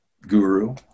guru